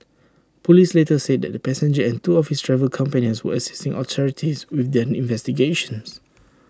Police later said that the passenger and two of his travel companions were assisting authorities with their investigations